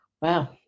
Wow